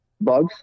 bugs